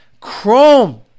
Chrome